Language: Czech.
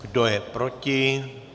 Kdo je proti?